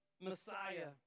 Messiah